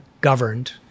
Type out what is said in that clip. governed